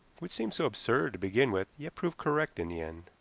which seemed so absurd to begin with yet proved correct in the end.